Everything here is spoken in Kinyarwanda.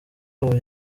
ubu